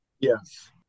Yes